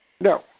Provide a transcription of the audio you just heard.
No